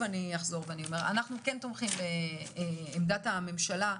אני אחזור ואומר, שאנחנו תומכים בעמדת הממשלה,